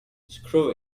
screw